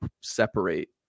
separate